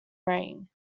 ring